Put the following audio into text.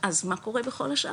אז מה קורה בכל השאר?